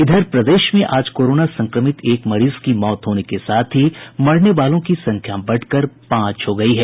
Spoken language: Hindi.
इधर प्रदेश में आज कोरोना संक्रमित एक मरीज की मौत होने के साथ ही मरने वालों की संख्या बढ़कर पांच हो गयी है